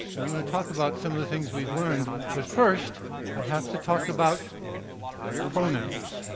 and i'm going to talk about some of the things we've learned, but first i have to talk about pronouns.